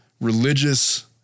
religious